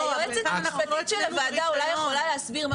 אבל היועצת המשפטית של הוועדה אולי יכולה להסביר מה